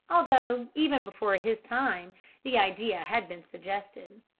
although even before his time the idea had been suggested.